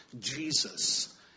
Jesus